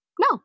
no